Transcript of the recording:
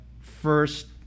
first